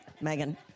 Megan